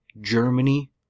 Germany